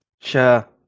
Sure